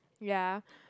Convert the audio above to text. ya